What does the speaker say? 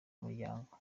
umuryango